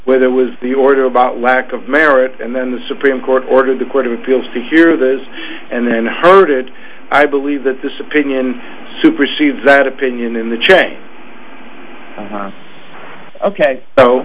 where there was the order about lack of merit and then the supreme court ordered the court of appeals to hear this and then heard it i believe that this opinion supersedes that opinion in the